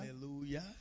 hallelujah